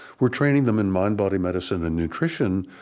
we're training them in mind-body medicine and nutrition,